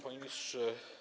Panie Ministrze!